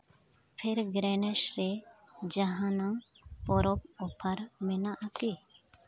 fragrance ᱨᱮ ᱡᱟᱦᱟᱱᱟᱜ ᱯᱚᱨᱚᱵᱽ ᱚᱯᱷᱟᱨ ᱢᱮᱱᱟᱜᱼᱟ ᱠᱤ